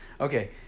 Okay